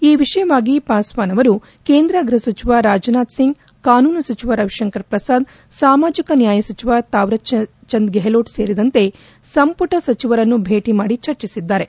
ಈ ವಿಷಯವಾಗಿ ಪಾಸ್ನಾನ್ ಅವರು ಕೇಂದ್ರ ಗ್ಲಹ ಸಚಿವ ರಾಜನಾಥ್ ಸಿಂಗ್ ಕಾನೂನು ಸಚಿವ ರವಿಶಂಕರ್ ಪ್ರಸಾದ್ ಸಾಮಾಜಿಕ ನ್ನಾಯ ಸಚಿವ ತಾವರ್ಚಂದ್ ಗೆಹ್ಲೋಟ್ ಸೇರಿದಂತೆ ಸಂಪುಟ ಸಚಿವರನ್ನು ಭೇಟಿ ಮಾಡಿ ಚರ್ಚಿಸಿದ್ದಾರೆ